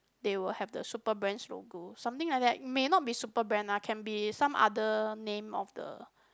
they will have the super brands logo something like that may not be super brand ah can be some other name of the